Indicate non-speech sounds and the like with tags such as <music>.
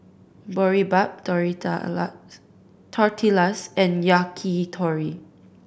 Boribap <unintelligible> Tortillas and Yakitori